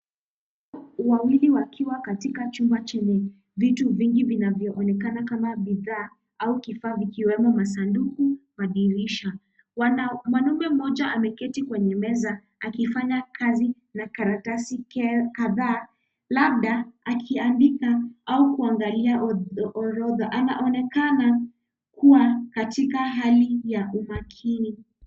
Watu wawili wakiwa katika chumba chenye vitu vingi vinavyoonekana kama bidhaa, au kifaa vikiwemo masanduku, madirisha. Mwanaume mmoja ameketi kwenye meza, akifanya kazi na karatasi kadhaa, labda akiandika au kuangalia orodha. Anaonekana kuwa katika hali ya umakini.